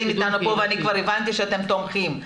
איתנו פה ואני כבר הבנתי שאתם תומכים.